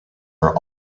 are